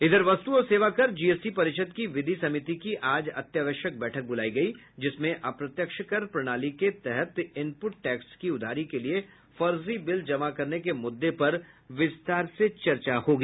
इधर वस्तु और सेवाकर जीएसटी परिषद की विधि समिति की आज अत्यावश्यक बैठक बुलाई गई है जिसमें अप्रत्यक्ष कर प्रणाली के तहत इनपुट टैक्स की उधारी के लिए फर्जी बिल जमा करने के मुद्दे पर विस्तार से चर्चा की जाएगी